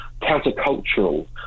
countercultural